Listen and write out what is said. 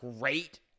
great